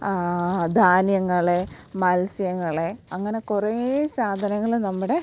ധാന്യങ്ങൾ മൽസ്യങ്ങൾ അങ്ങനെ കുറേ സാധനങ്ങൾ നമ്മുടെ